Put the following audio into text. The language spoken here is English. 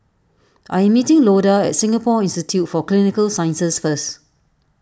I am meeting Loda at Singapore Institute for Clinical Sciences first